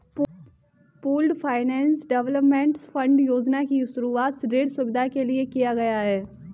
pooled finance development fund योजना की शुरूआत ऋण सुविधा के लिए किया गया है